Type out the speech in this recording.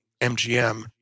mgm